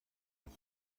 des